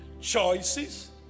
choices